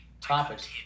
topics